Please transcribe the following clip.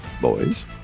Boys